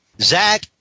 Zach